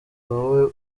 wowe